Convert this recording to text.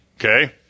okay